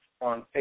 on